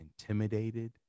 intimidated